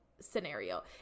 scenario